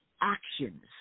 actions